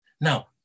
Now